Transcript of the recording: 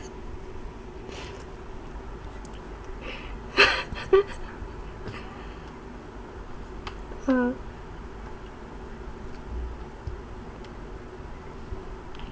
uh